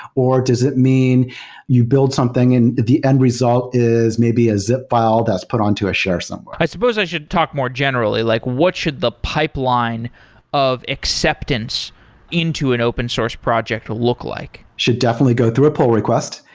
or does it mean you build something and the end result is maybe a zip f ile that's put on to a share somewhere. i suppose i should talk more generally, like what should the pipeline of acceptance into an open source project look like? should go through a pull request.